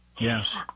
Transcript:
Yes